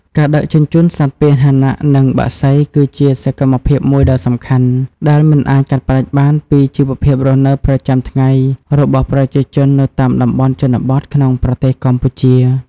ការដឹកជញ្ជូនសត្វពាហនៈ និងបក្សី គឺជាសកម្មភាពមួយដ៏សំខាន់ ដែលមិនអាចកាត់ផ្តាច់បានពីជីវភាពរស់នៅប្រចាំថ្ងៃរបស់ប្រជាជននៅតាមតំបន់ជនបទក្នុងប្រទេសកម្ពុជា។